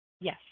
Yes